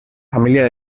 familia